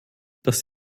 das